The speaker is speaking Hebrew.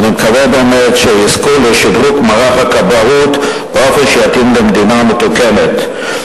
ואני מקווה באמת שיזכו לשדרוג מערך הכבאות באופן שיתאים למדינה מתוקנת.